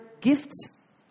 gifts